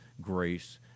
grace